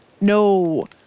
No